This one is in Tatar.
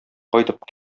кайтып